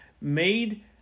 made